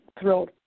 thrilled